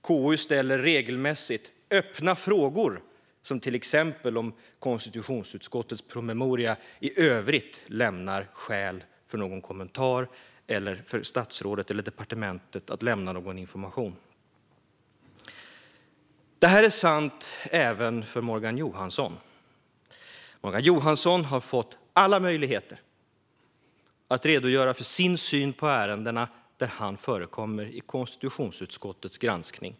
KU ställer regelmässigt öppna frågor, till exempel om konstitutionsutskottets promemoria i övrigt lämnar skäl för någon kommentar eller för statsrådet eller departementet att lämna någon information. Det här är sant även för Morgan Johansson. Morgan Johansson har fått alla möjligheter att redogöra för sin syn på de ärenden där han förekommer i konstitutionsutskottets granskning.